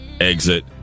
exit